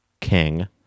king